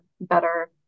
better